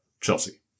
Chelsea